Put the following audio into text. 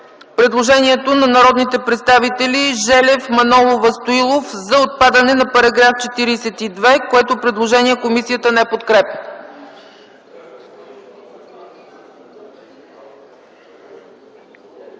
предложението на народните представители Желев, Манолова и Стоилов за отпадане на § 42, което комисията не подкрепя.